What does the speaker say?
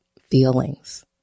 feelings